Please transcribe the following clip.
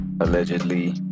allegedly